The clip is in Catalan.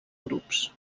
grups